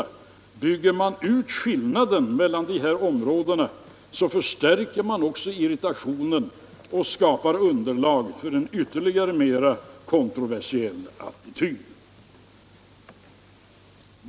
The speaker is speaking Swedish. Bygger man ut skillnaden mellan de bägge stödområdena, förstärker man naturligtvis också irritationen och skapar underlag för en ännu mera kontroversiell attityd.